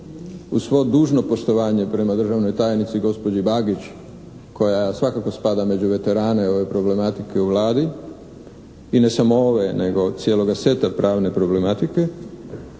uz svo dužno poštovanje prema državnoj tajnici gospođi Bagić koja svakako spada među veterane ove problematike u Vladi i ne samo ove nego cijeloga seta pravne problematike.